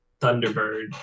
Thunderbird